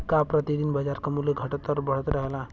का प्रति दिन बाजार क मूल्य घटत और बढ़त रहेला?